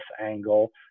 angle